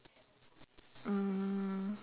mm